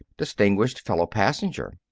distinguished fellow passenger.